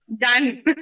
Done